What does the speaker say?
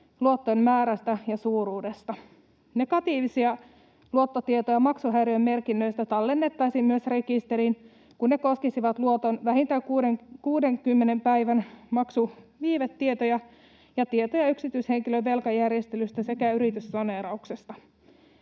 luottojen määrästä ja suuruudesta. Myös negatiivisia luottotietoja maksuhäiriömerkinnöistä tallennettaisiin rekisteriin, kun ne koskisivat luoton vähintään 60 päivän maksuviivetietoja ja tietoja yksityishenkilön velkajärjestelystä sekä yrityssaneerauksesta.